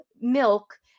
milk